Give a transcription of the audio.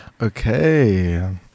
Okay